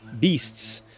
beasts